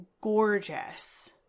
gorgeous